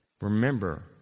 remember